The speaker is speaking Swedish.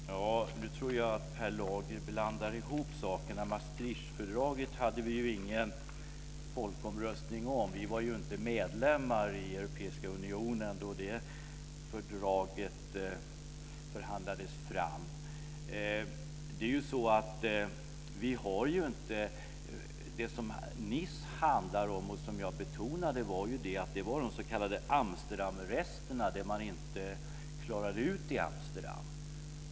Fru talman! Nu tror jag att Per Lager blandar ihop sakerna. Maastrichtfördraget hade vi ingen folkomröstning om. Vi var inte medlemmar i Europeiska unionen när det fördraget förhandlades fram. Det som Nice handlade om, och det betonade jag, var de s.k. Amsterdamresterna, det som man inte klarade ut i Amsterdam.